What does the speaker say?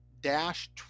dash